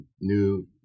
new